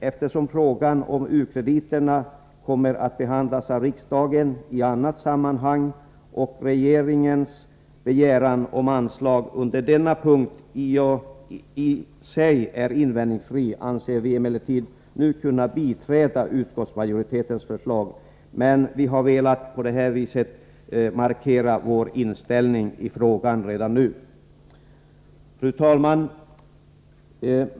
Eftersom frågan om u-krediterna kommer att behandlas av riksdagen i annat sammanhang och regeringens begäran om anslag under denna punkt i sig är invändningsfri, anser vi oss emellertid nu kunna biträda utskottsmajoritetens förslag, men vi har på detta sätt velat markera vår inställning i frågan redan nu. Fru talman!